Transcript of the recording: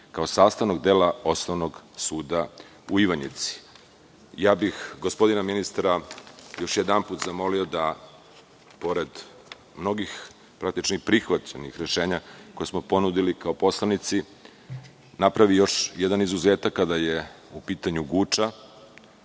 kao sastavnog dela Osnovnog suda u Ivanjici. Gospodina ministra bih još jedanput zamolio da pored mnogih praktičnih prihvaćenih rešenja koje smo ponudili kao poslanici, napravi još jedan izuzetak kada je u pitanju Guča,